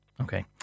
Okay